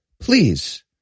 please